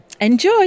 Enjoy